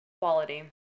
Quality